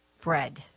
bread